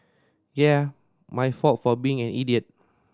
yeah my fault for being an idiot